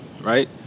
right